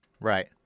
Right